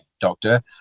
doctor